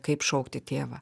kaip šaukti tėvą